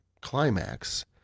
climax